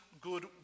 good